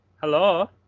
Hello